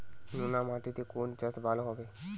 নোনা মাটিতে কোন চাষ ভালো হবে?